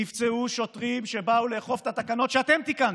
נפצעו שוטרים שבאו לאכוף את התקנות שאתם תיקנתם.